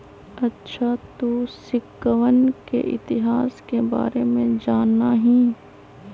अच्छा तू सिक्कवन के इतिहास के बारे में जाना हीं?